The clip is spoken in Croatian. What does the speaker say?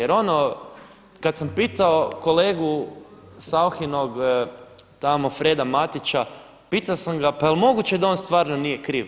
Jer ono kad sam pitao kolegu Sauchinog tamo Freda Matića, pitao sam ga pa jel' moguće da on stvarno nije kriv?